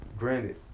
Granted